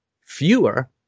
fewer